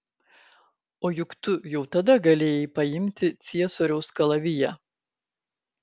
o juk tu jau tada galėjai paimti ciesoriaus kalaviją